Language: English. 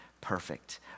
Perfect